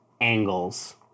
angles